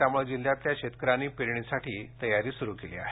त्यामुळे जिल्ह्यातील शेतकऱ्यांनी पेरणीसाठी तयारी सुरु केली आहे